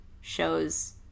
shows